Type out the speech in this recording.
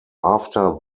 after